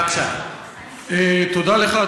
תודה לך,